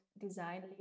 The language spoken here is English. design